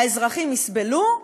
האזרחים יסבלו,